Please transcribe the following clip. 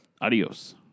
Adios